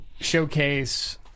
showcase